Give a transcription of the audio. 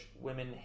women